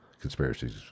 conspiracies